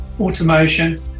automation